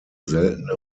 seltene